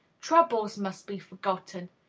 troubles must be forgotten.